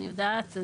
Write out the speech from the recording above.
אני יודעת,